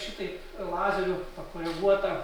šitaip lazeriu pakoreguotą